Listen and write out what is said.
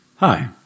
Hi